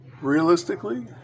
realistically